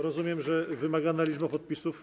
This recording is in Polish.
Rozumiem, że jest wymagana liczba podpisów.